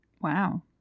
wow